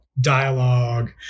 dialogue